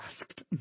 asked